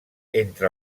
entre